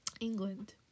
England